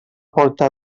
porta